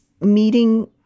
meeting